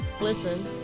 listen